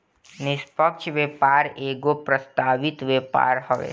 निष्पक्ष व्यापार एगो प्रस्तावित व्यापार हवे